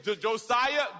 Josiah